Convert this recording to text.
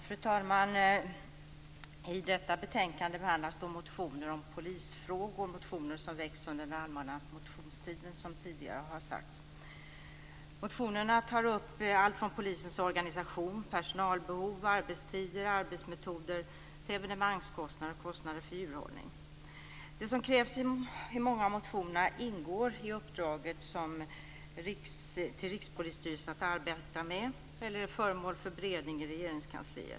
Fru talman! I detta betänkande behandlas motioner om polisfrågor. Det är motioner som väckts under den allmänna motionstiden, som tidigare har sagts. Motionerna tar upp allt från polisens organisation, personalbehov, arbetstider, arbetsmetoder, evenemangskostnader och kostnader för djurhållning. Det som krävs i många av motionerna ingår i uppdraget till Rikspolisstyrelsen att arbeta med eller är föremål för beredning i Regeringskansliet.